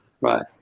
Right